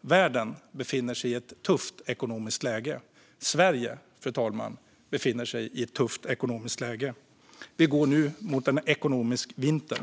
Världen befinner sig i ett tufft ekonomiskt läge. Sverige, fru talman, befinner sig i ett tufft ekonomiskt läge. Vi går nu mot en ekonomisk vinter.